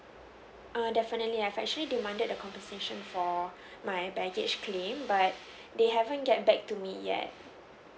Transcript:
err definitely I've actually demanded the compensation for my baggage claim but they haven't get back to me yet